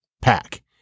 pack